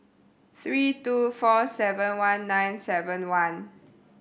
three two four seven one nine seven one